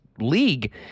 league